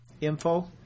info